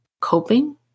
coping